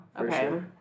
Okay